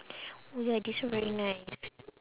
oh ya this one very nice